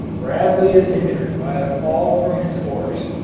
bradley is injured by a fall from his horse